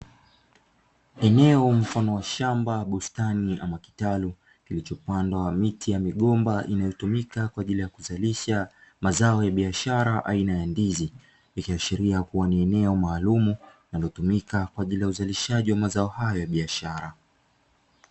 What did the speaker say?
Eneo mfano wa shamba bustani ama kitalu kilichopandwa miti ya migomba inayotumika kwaajili ya kuzalisha mazao ya biashara aina ya ndizi, ikiashiria kuwa ni eneo maalumu linalotumika kwaajili ya uzalishaji wa mazao hayo ya biashara.